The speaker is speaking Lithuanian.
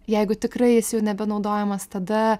jeigu tikrai jis jau nebenaudojamas tada